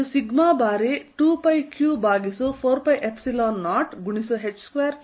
ಇದು ಸಿಗ್ಮಾ ಬಾರಿ 2πq ಭಾಗಿಸು 4π0h2R232